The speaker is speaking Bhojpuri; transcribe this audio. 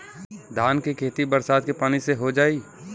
धान के खेती बरसात के पानी से हो जाई?